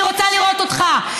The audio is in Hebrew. אני רוצה לראות אותך.